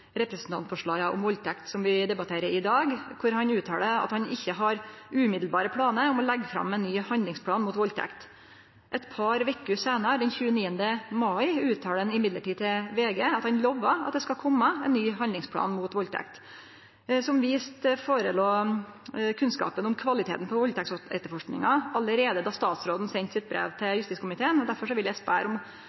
om valdtekt, som vi debatterer i dag, der han uttaler at han ikkje har direkte planar om å leggje fram ein ny handlingsplan mot valdtekt. Men eit par veker seinare, den 29. mai, uttaler han til VG at han lover at det skal kome ein ny handlingsplan mot valdtekt. Som vist låg kunnskapen om kvaliteten på valdtektsetterforskinga føre allereie då statsråden sende sitt brev til justiskomiteen. Derfor vil eg